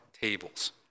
tables